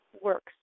works